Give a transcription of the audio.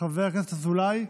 חבר הכנסת אזולאי,